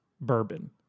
bourbon